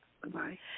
Goodbye